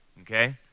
okay